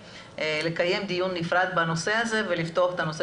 לקיים דיון נפרד בנושא הזה ולפתור את הנושא